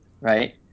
right